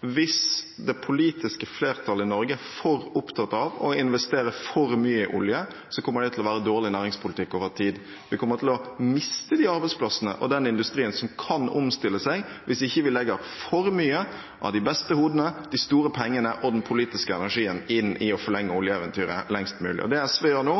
hvis det politiske flertall i Norge er for opptatt av å investere for mye i olje, så kommer det til å være dårlig næringspolitikk over tid. Vi kommer til å miste de arbeidsplassene og den industrien som kan omstille seg, hvis vi ikke legger for mange av de beste hodene og for mye av de store pengene og den politiske energien inn i å forlenge oljeeventyret lengst mulig. Det SV gjør nå,